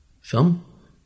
film